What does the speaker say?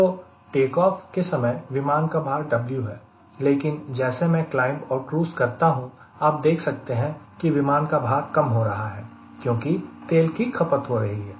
तो take off के समय विमान का भार W है लेकिन जैसे मैं क्लाइंब और क्रूज़ करता हूं आप देख सकते हैं कि विमान का भार कम हो रहा है क्योंकि तेल की खपत हो रही है